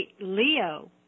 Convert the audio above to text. Leo